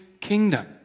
kingdom